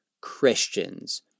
Christians